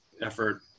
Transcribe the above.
effort